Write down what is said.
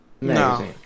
no